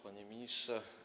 Panie Ministrze!